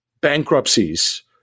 bankruptcies